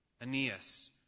Aeneas